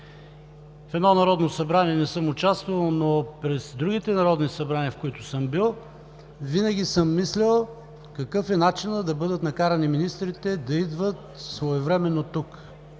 в едно Народно събрание, но през другите народни събрания, в които съм бил, винаги съм мислил какъв е начина да бъдат накарани министрите да идват своевременно тук